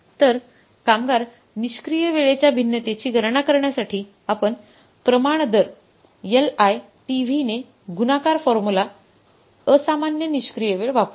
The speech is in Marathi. तर कामगार निष्क्रिय वेळेच्या भिन्नतेची गणना करण्यासाठी आपण प्रमाण दर एलआयटीव्हीने गुणाकार फॉर्म्युला असामान्य निष्क्रिय वेळ वापरू